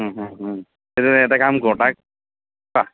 তেনেহ'লে এটা কাম কৰ তাক তাক